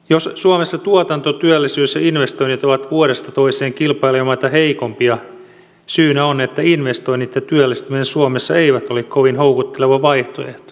jos suomessa tuotanto työllisyys ja investoinnit ovat vuodesta toiseen kilpailijamaita heikompia syynä on että investoinnit ja työllistäminen suomessa eivät ole kovin houkutteleva vaihtoehto